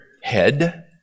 head